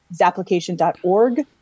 zapplication.org